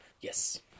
Yes